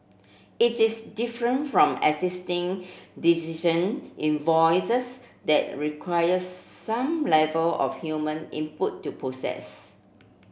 it is different from existing invoices that requires some level of human input to process